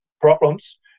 problems